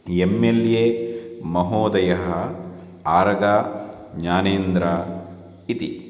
M L A महोदयः आरगा ज्ञानेन्द्रः इति